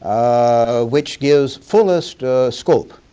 ah which gives fullest scope